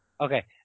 Okay